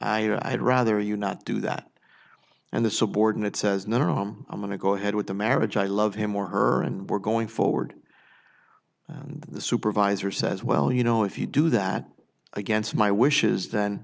or i'd rather you not do that and the subordinate says no harm i'm going to go ahead with the marriage i love him or her and we're going forward and the supervisor says well you know if you do that against my wishes th